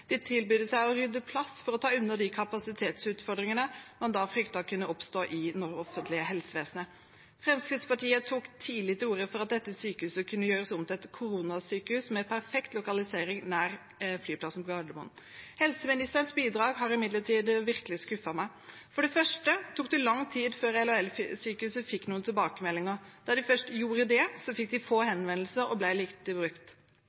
De tilbød seg å rydde plass for å ta unna de kapasitetsutfordringene man da fryktet kunne oppstå i det offentlige helsevesenet. Fremskrittspartiet tok tidlig til orde for at dette sykehuset kunne gjøres om til et koronasykehus – med perfekt lokalisering nær flyplassen på Gardermoen. Helseministerens bidrag har imidlertid virkelig skuffet meg. For det første tok det lang tid før LHL-sykehuset fikk noen tilbakemelding, og da de først gjorde det, fikk de få